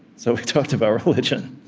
so we talked about religion